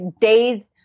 days